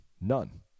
None